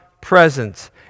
presence